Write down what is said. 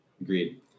agreed